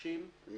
1,650 הן